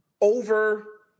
over